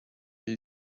you